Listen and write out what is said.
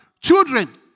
Children